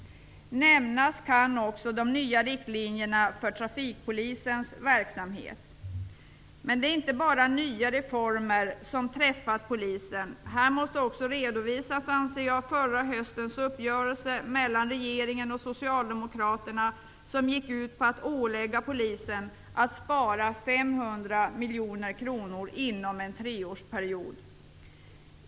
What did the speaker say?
Nämnas kan också de nya riktlinjerna för trafikpolisens verksamhet. Men det är inte bara nya reformer som berör polisen. Här måste enligt min mening också redovisas förra höstens uppgörelse mellan regeringen och Socialdemokraterna som gick ut på att ålägga polisen att spara 500 miljoner kronor inom en treårsperiod.